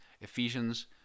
Ephesians